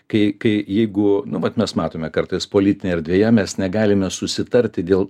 kai kai jeigu nu vat mes matome kartais politinėje erdvėje mes negalime susitarti dėl